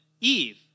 Eve